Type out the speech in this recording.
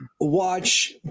watch